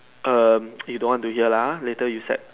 um you don't to hear lah ha later you sad